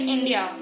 India